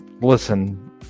listen